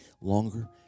longer